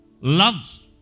Love